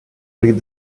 read